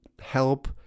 help